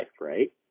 Right